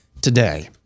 today